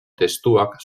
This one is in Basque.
testuak